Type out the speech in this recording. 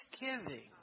thanksgiving